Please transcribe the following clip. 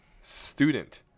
student